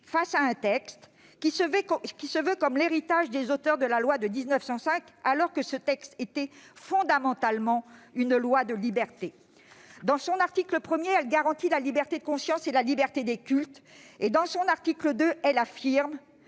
face à un texte présenté comme l'héritage des auteurs de la loi de 1905, alors que celle-ci était fondamentalement une loi de liberté. Dans son article 1, elle garantit la liberté de conscience et la liberté des cultes, et, dans son article 2, elle affirme